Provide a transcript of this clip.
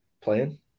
Playing